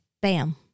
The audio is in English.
bam